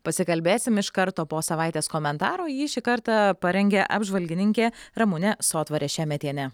pasikalbėsim iš karto po savaitės komentaro jį šį kartą parengė apžvalgininkė ramunė sotvarė šemetienė